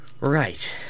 Right